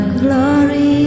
glory